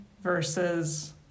versus